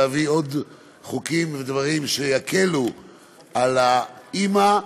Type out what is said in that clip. להביא עוד חוקים ודברים שיקלו על האימא,